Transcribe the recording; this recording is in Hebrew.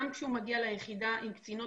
אנחנו מכירים כל מקרה